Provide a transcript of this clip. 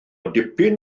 dipyn